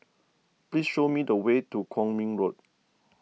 please show me the way to Kwong Min Road